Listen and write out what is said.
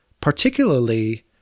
particularly